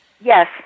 Yes